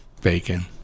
Bacon